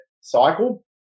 cycle